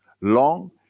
long